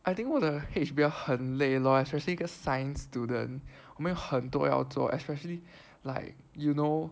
I think one of the H_B_L 很累 lor especially those science student 我们很多要做 especially like you know